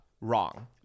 wrong